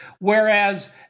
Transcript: whereas